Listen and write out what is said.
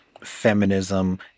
feminism